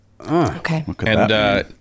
Okay